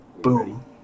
Boom